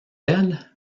elle